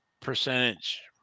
percentage